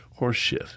horseshit